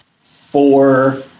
four